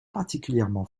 particulièrement